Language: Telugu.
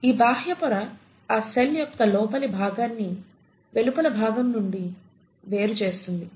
ఈ బాహ్య పొర ఆ సెల్ యొక్క లోపలి భాగాన్ని వెలుపల భాగము నుండి వేరు చేస్తుంది